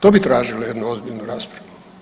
To bi tražilo jednu ozbiljnu raspravu.